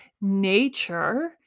nature